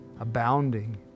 abounding